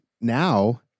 now